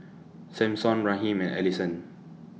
Sampson Raheem and Alisson